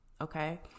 okay